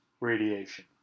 radiation